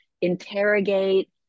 interrogate